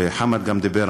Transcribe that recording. וחמד גם דיבר,